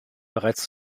bereits